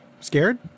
scared